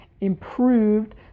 improved